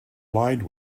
lined